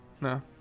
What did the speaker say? No